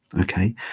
Okay